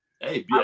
Hey